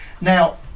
now